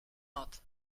not